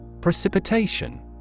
Precipitation